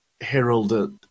heralded